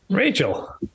Rachel